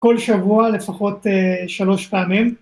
כל שבוע לפחות שלוש פעמים.